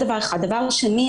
דבר שני,